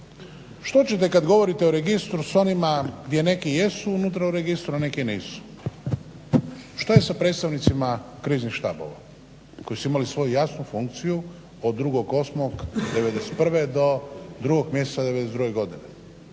Što ćete kada govorite o registru s onima gdje neki jesu unutra u registru, a neki nisu. Što je sa predstavnicima kriznih štabova koji su imali svoju jasnu funkciju od 2.8.'91. do 2. mjeseca '92. godine,